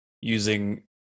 using